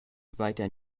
weiter